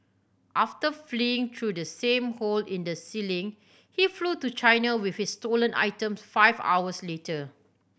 after fleeing through the same hole in the ceiling he flew to China with his stolen items five hours later